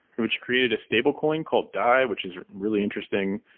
which created a stablecoin called dai, which is really interesting.